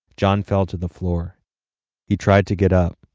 john fell to the floor he tried to get up,